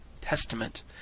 Testament